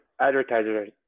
advertisers